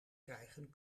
krijgen